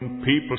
People